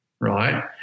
right